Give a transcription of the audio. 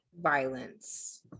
violence